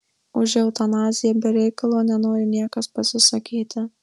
už eutanaziją be reikalo nenori niekas pasisakyti